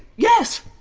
yes!